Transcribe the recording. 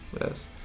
yes